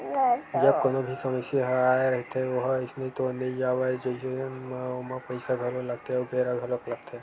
जब कोनो भी समस्या ह आय रहिथे ओहा अइसने तो नइ जावय अइसन म ओमा पइसा घलो लगथे अउ बेरा घलोक लगथे